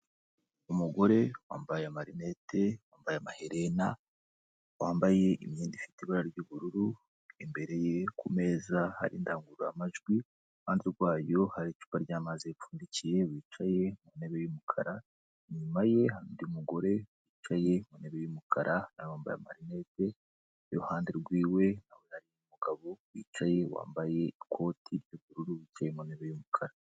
Umugore wambaye amarinete, wambaye amaherena, wambaye imyenda ifite ibara ry'ubururu, imbere ye ku meza hari indangururamajwi, iruhande rwayo hari icupa rya'amazi yapfundikiye wicaye ku ntebe y'umukara, inyuma ye hari undi mugore wicaye ku ntebe y'umukara nawe wambaye amarinete, iruhande rwiwe hari umugabo wicaye wambaye ikoti ry'ubururu, wicaye ku ntebe y'umukara.